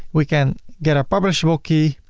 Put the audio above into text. we can get a publishable key.